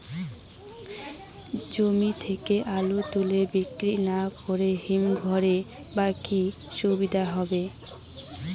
জমি থেকে আলু তুলে বিক্রি না করে হিমঘরে রাখলে কী সুবিধা বা কী অসুবিধা হবে?